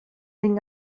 den